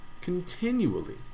continually